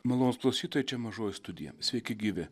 malonūs klausytojai čia mažoji studija sveiki gyvi